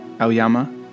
Aoyama